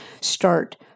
start